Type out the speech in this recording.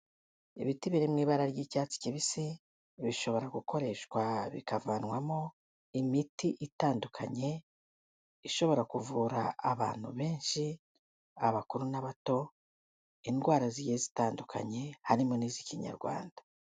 Ibiti biri mu ibara ry'icyatsi kibisi, bishobora gukoreshwa bikavanwamo imiti itandukanye ishobora kuvura abantu benshi, abakuru n'abato, indwara zigiye zitandukanye, harimo n'iz'ikinyarwanda.